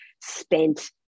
spent